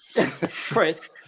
Chris